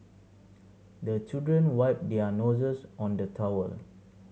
the children wipe their noses on the towel